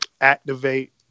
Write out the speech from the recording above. activate